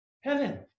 heaven